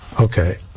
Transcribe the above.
Okay